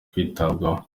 kwitabwaho